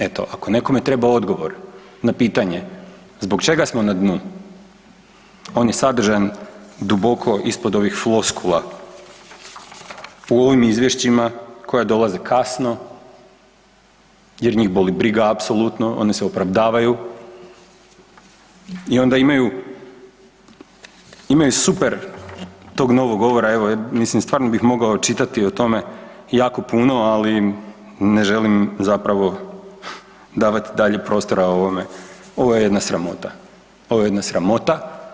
Eto, ako nekome treba odgovor na pitanje zbog čega smo na dnu, on je sadržajan duboko ispod ovih floskula u ovim izvješćima koja dolaze kasno jer njih boli briga apsolutno, one se opravdavaju i onda imaju super tog novog govora, evo mislim stvarno bih mogao čitati o tome jako puno ali ne želim zapravo davati dalje prostora ovome, ovo je jedna sramota, ovo je jedna sramota.